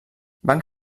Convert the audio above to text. banc